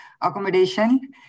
accommodation